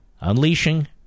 unleashing